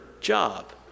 job